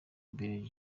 mbere